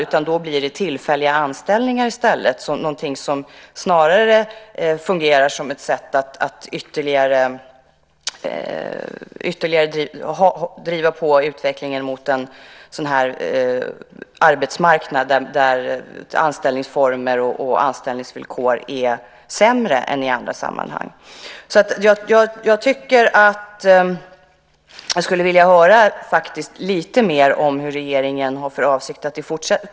I stället har man tillfälliga anställningar, vilket snarare fungerar som ett sätt att ytterligare driva på utvecklingen mot en arbetsmarknad där anställningsformer och anställningsvillkor är sämre än i andra sammanhang. Jag skulle därför vilja höra lite mer om vad regeringen har för avsikt att göra i fortsättningen.